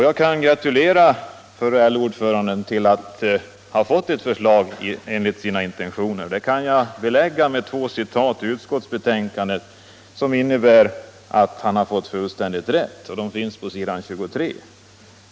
Jag kan gratulera förre LO-ordföranden till att ha fått ett förslag enligt sina intentioner. Det kan jag belägga med två citat ur betänkandet, som visar att han har fått fullständigt rätt. De återfinns på s. 23.